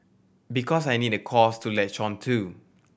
because I need a cause to latch on to